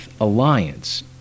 alliance